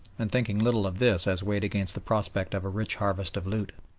and thinking little of this as weighed against the prospect of a rich harvest of loot.